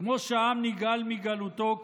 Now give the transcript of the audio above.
כמו שהעם נגאל מגלותו,